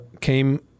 came